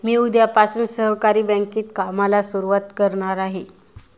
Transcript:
मी उद्यापासून सहकारी बँकेत कामाला सुरुवात करणार आहे